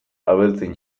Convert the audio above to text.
abeltzain